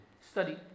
Study